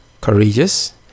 courageous